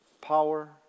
power